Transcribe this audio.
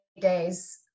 days